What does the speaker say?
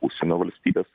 užsienio valstybės